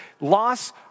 loss